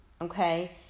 okay